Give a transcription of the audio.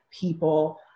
people